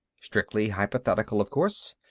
strictly hypothetical, of course.